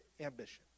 ambition